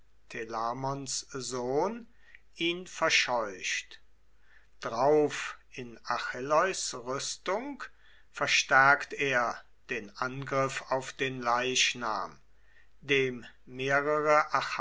sohn ihn verscheucht drauf in achilleus rüstung verstärkt er den angriff auf den leichnam dem mehrere